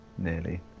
nearly